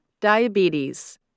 Diabetes